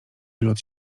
wylot